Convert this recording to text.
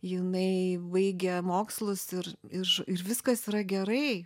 jinai baigė mokslus ir ir ir viskas yra gerai